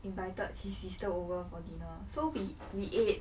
invited his sister over for dinner so we we ate